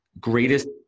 greatest